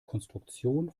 konstruktion